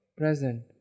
present